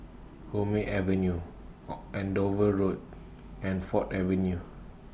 Hume Avenue Andover Road and Ford Avenue